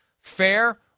fair